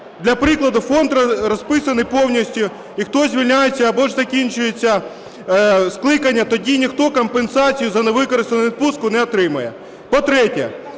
для прикладу, фонд розписаний повністю і хтось звільняється або ж закінчується скликання, тоді ніхто компенсацію за невикористану відпустку не отримає. По-третє,